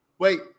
Wait